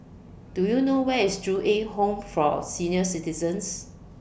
Do YOU know Where IS Ju Eng Home For Senior Citizens